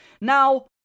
Now